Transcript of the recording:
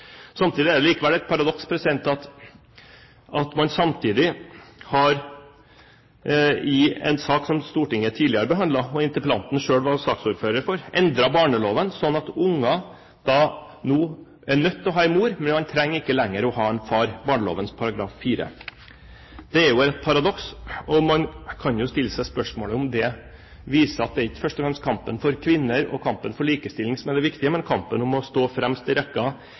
Samtidig er det likevel et paradoks at man i en sak som Stortinget tidligere har behandlet, og som interpellanten selv var saksordfører for, har endret barneloven, slik at barn nå er nødt til å ha en mor, men ikke lenger trenger å ha en far, barnelovens § 4. Det er jo et paradoks, og man kan jo stille seg spørsmålet om det viser at det ikke først og fremst er kampen for kvinner og kampen for likestilling som er det viktige, men kampen om å stå fremst i